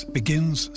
begins